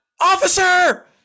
officer